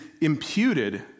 imputed